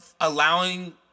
allowing